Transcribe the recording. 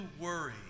worry